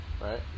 Right